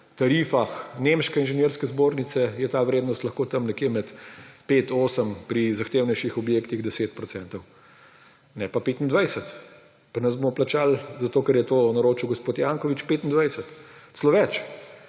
tarifah nemške inženirske zbornice je ta vrednost lahko tam nekje med 5, 8, pri zahtevnejših objektih 10 %. Ne pa 25! Pri nas bomo plačali zato, ker je to naroči gospod Janković 25 %. Celo več,